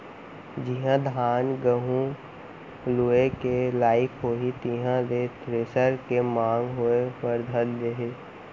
जिहॉं धान, गहूँ लुए के लाइक होही तिहां ले थेरेसर के मांग होय बर धर लेही